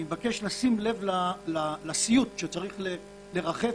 אני מבקש לשים לב לסיוט שצריך לרחף